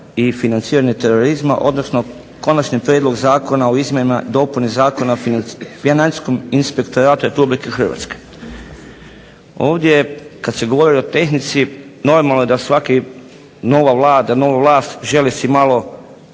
i financiranje terorizma, odnosno Konačni prijedlog zakona o izmjenama i dopuni Zakona o Financijskom inspektoratu Republike Hrvatske. Ovdje kad se govori o tehnici normalno da svaki, nova vlast želi si malo